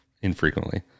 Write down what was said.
infrequently